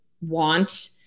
want